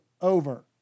over